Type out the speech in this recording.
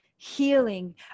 healing